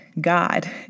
God